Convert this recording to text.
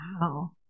Wow